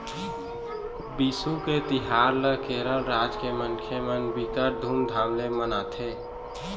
बिसु के तिहार ल केरल राज के मनखे मन बिकट धुमधाम ले मनाथे